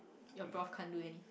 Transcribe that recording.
your prof can't do anything